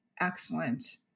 excellent